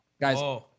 guys